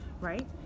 right